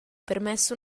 permesso